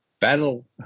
battle